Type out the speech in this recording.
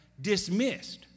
dismissed